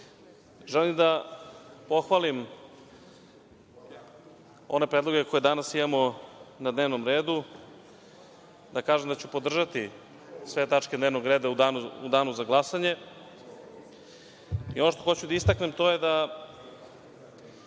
želim da pohvalim one predloge koje danas imamo na dnevnom redu, da kažem da ću podržati sve tačke dnevnog reda u danu za glasanje. Ono što hoću da istaknem to je da